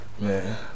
Man